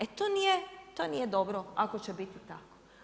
E to nije dobro ako će biti tako.